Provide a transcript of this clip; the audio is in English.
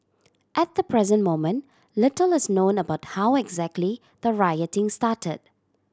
at the present moment little is known about how exactly the rioting started